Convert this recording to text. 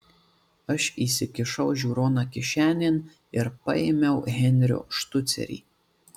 aš įsikišau žiūroną kišenėn ir paėmiau henrio štucerį